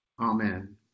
amen